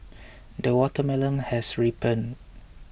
the watermelon has ripened